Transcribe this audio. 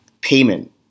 payment